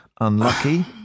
unlucky